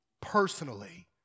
Personally